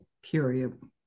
period